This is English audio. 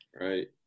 right